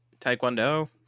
Taekwondo